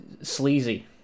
sleazy